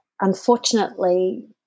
unfortunately